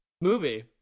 movie